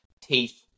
teeth